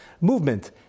movement